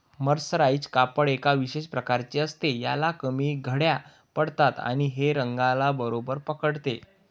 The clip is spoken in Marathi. मर्सराइज कापड एका विशेष प्रकारचे असते, ह्याला कमी घड्या पडतात आणि हे रंगाला बरोबर पकडते